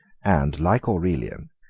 and, like aurelian,